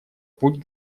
путь